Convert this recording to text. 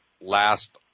last